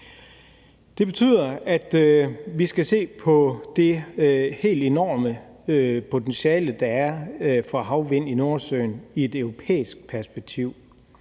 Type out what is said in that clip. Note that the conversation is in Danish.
Det betyder, at vi skal se på det helt enorme potentiale, der er i havvind i Nordsøen i et europæisk perspektiv.